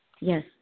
yes